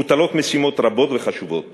מוטלות משימות רבות וחשובות